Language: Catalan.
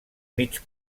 mig